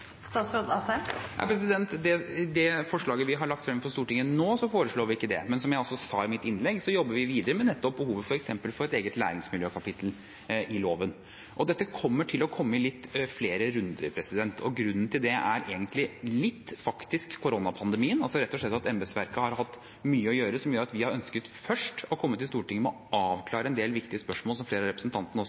I det forslaget vi har lagt fram for Stortinget nå, foreslår vi ikke det, men som jeg også sa i mitt innlegg, jobber vi videre med nettopp behovet for et eget læringsmiljøkapittel i loven. Dette kommer til å komme i litt flere runder. Grunnen til det er egentlig litt koronapandemien – rett og slett at embetsverket har hatt mye å gjøre, som gjør at vi har ønsket å først komme til Stortinget for å avklare en del viktige spørsmål som flere av representantene